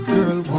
Girl